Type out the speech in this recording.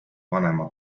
vanema